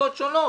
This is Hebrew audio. מסיבות שונות.